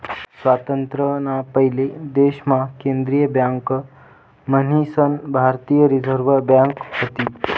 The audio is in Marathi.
स्वातंत्र्य ना पयले देश मा केंद्रीय बँक मन्हीसन भारतीय रिझर्व बँक व्हती